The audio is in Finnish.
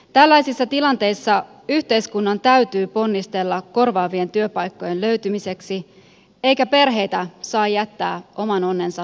tällaisissa tilanteissa yhteiskunnan täytyy ponnistella korvaavien työpaikkojen löytymiseksi eikä perheitä saa jättää oman onnensa nojaan